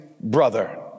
brother